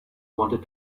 wanted